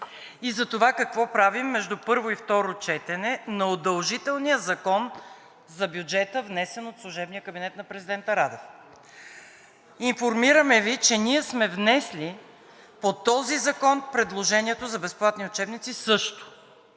и за това какво правим между първо и второ четене на удължителния закон за бюджета, внесен от служебния кабинет на президента Радев. Информираме Ви, че ние сме внесли по този закон предложението за безплатни учебници, а също